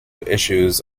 issues